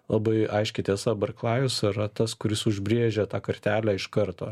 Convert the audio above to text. labai aiški tiesa barklajus yra tas kuris užbrėžė tą kartelę iš karto